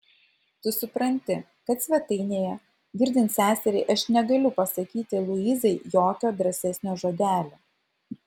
tu supranti kad svetainėje girdint seseriai aš negaliu pasakyti luizai jokio drąsesnio žodelio